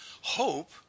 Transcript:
hope